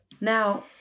Now